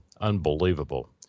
Unbelievable